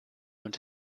und